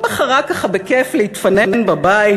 היא בחרה ככה בכיף להתפנן בבית,